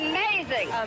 Amazing